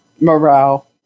morale